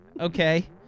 Okay